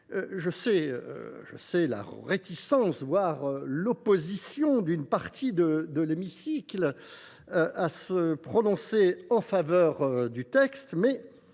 Je sais la réticence, voire l’opposition d’une partie de l’hémicycle à se prononcer en faveur de cette